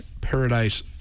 Paradise